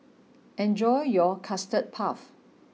enjoy your Custard puff